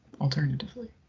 alternatively